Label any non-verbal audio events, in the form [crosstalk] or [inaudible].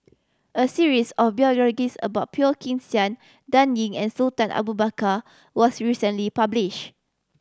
a series of [unintelligible] about Phua Kin Siang Dan Ying and Sultan Abu Bakar was recently published